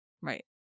Right